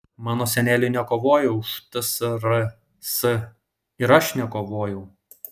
mano seneliai nekovojo už tsrs ir aš nekovojau